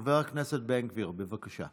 חבר הכנסת בן גביר, בבקשה.